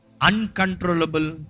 Uncontrollable